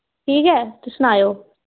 ठीक ऐ ते सनायो